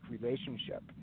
relationship